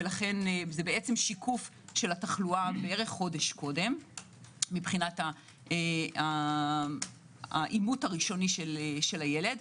לכן זה שיקוף של התחלואה כחודש קודם מבחינת האימות הראשוני של הילד.